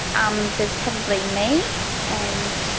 um, there's probably me and